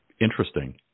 interesting